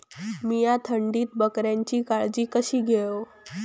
मीया थंडीत बकऱ्यांची काळजी कशी घेव?